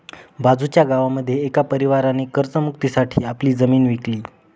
बाजूच्या गावामध्ये एका परिवाराने कर्ज मुक्ती साठी आपली जमीन विकली